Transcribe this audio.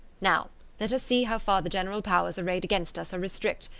now let us see how far the general powers arrayed against us are restrict,